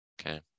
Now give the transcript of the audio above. Okay